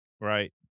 Right